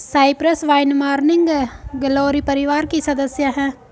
Cyprus vine morning glory परिवार की सदस्य हैं